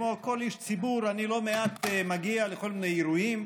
כמו כל איש ציבור אני מגיע לא מעט לכל מיני אירועים,